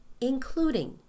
including